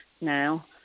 now